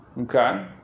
Okay